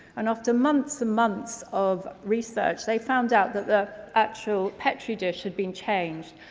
and after months months of research, they found out that the actual petri dish had been changed,